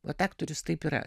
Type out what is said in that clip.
vat aktorius taip yra